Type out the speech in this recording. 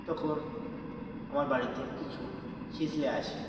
তখন আমার বাড়িতে কিছু হিজরা আসে